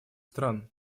стран